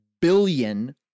billion